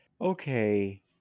okay